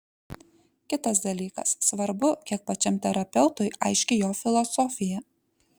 kitas dalykas svarbu kiek pačiam terapeutui aiški jo filosofija